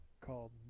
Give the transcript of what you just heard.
called